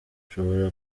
ushobora